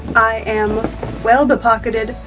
i am well be-pocketed.